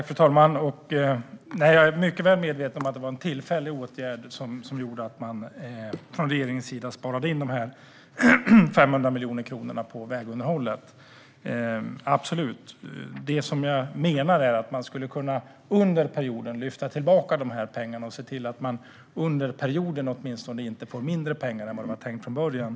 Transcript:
Fru ålderspresident! Jag är mycket väl medveten om att det var en tillfällig åtgärd som gjorde att regeringen sparade in 500 miljoner kronor på vägunderhållet. Det jag menar är att man under perioden skulle kunna lyfta tillbaka de pengarna eller åtminstone se till att det inte blir mindre pengar än vad det var tänkt från början.